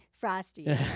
Frosty